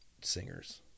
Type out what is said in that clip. singers